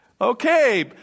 Okay